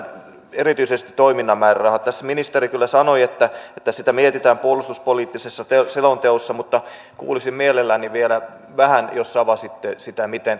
erityisesti toiminnan määrärahat tässä ministeri kyllä sanoi että että niitä mietitään puolustuspoliittisessa selonteossa mutta kuulisin siitä mielelläni vielä vähän jos avaisitte sitä miten